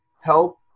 help